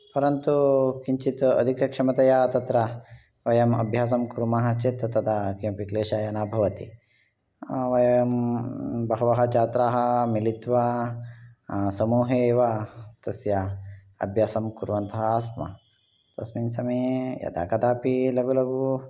परन्तु किञ्चित् अधिकक्षमतया तत्र वयम् अभ्यासं कुर्मः चेत् तदा किमपि क्लेशाय न भवति वयं बहवः छात्राः मिलित्वा समुहे एव तस्य अभ्यासं कुर्वन्तः आस्म तस्मिन् समये यदाकदापि लघु लघु